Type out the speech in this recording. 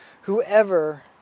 whoever